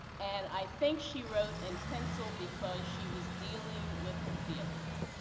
and, i think she wrote in pencil because she was dealing with her feelings.